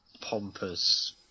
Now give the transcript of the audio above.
pompous